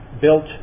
built